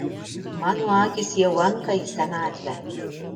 mano akys jau anka į senatvę